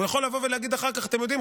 הוא יכול לבוא ולהגיד אחר כך: אתם יודעים,